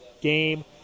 game